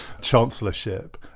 chancellorship